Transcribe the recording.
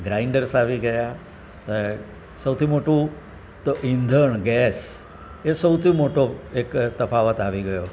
grinders આવી ગયાં સૌથી મોટું તો ઈંધણ ગેસ એ સૌથી મોટો એક તફાવત આવી ગયો